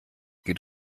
geht